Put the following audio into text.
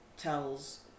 tells